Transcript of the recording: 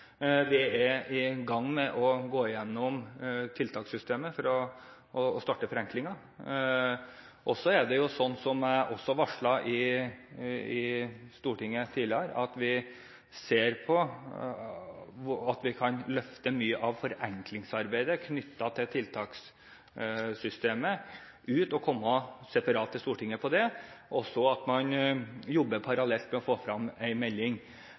Vi er i gang med å gå gjennom tiltakssystemet for å starte forenklingen. Så ser vi på, som jeg også varslet i Stortinget tidligere, om vi kan løfte mye av forenklingsarbeidet knyttet til tiltakssystemet ut og komme separat til Stortinget med det, og at man så jobber parallelt med å få frem en melding.